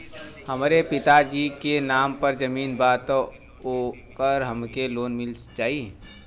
हमरे पिता जी के नाम पर जमीन बा त ओपर हमके लोन मिल जाई?